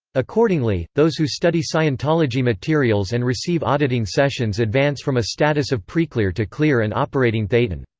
accordingly, those who study scientology materials and receive auditing sessions advance from a status of preclear to clear and operating thetan.